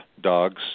dogs